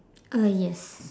uh yes